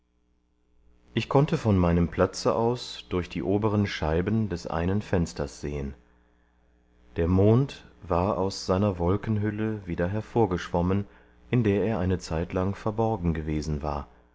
ich konnte von meinem platze aus durch die oberen scheiben des einen fensters sehen der mond war aus seiner wolkenhülle wieder hervorgeschwommen in der er eine zeitlang verborgen gewesen war